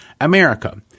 America